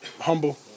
Humble